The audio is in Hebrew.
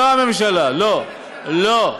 לא הממשלה, לא.